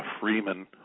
Freeman